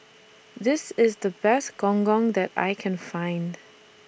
This IS The Best Gong Gong that I Can Find